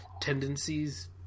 tendencies